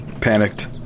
Panicked